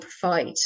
provide